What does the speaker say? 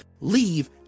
leave